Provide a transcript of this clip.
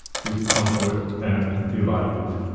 his comfort and delight,